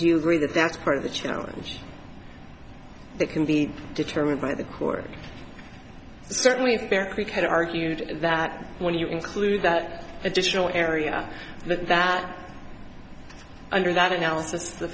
you agree that that's part of the challenge that can be determined by the court certainly the bear creek had argued that when you include that additional area that under that analysis the